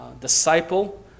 disciple